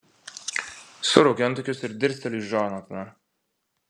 suraukiu antakius ir dirsteliu į džonataną